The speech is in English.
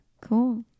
Cool